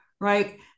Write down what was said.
right